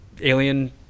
alien